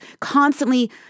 constantly